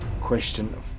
Question